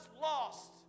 lost